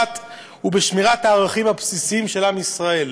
ושמירת הערכים הבסיסיים של עם ישראל.